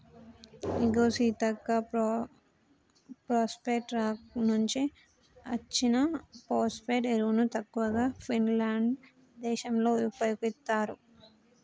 ఇగో Seethakka phosphate rock నుంచి అచ్చిన phosphate ఎరువును ఎక్కువగా ఫిన్లాండ్ దేశంలో ఉపయోగిత్తారు